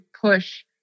push